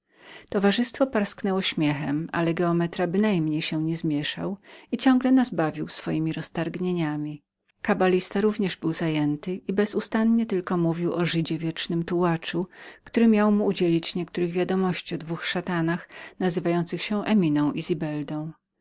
towarzystwo parsknęło śmiechem ale geometra bynajmniej się nie zmieszał i ciągle nas bawił swojemi roztargnieniami kabalista również był zajętym i bezustannie tylko mówił o żydzie wiecznym tułaczu który miał mu udzielić niektórych wiadomości względem dwóch szatanów nazywających się eminą i zibeldą